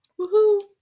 Woohoo